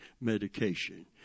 medication